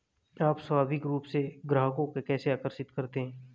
आप स्वाभाविक रूप से ग्राहकों को कैसे आकर्षित करते हैं?